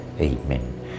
amen